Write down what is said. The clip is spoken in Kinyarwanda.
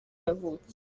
yavutse